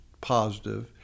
positive